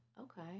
Okay